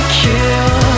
kill